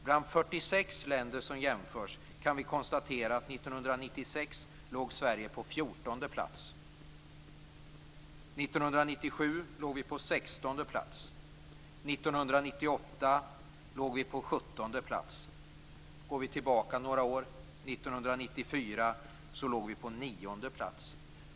Bland 46 länder som jämförs kan vi konstatera att Sverige år 1996 låg på fjortonde plats, år 1997 på sextonde plats och år 1998 på sjuttonde plats. Några år tillbaka, år 1994, låg vi på nionde plats.